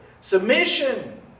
Submission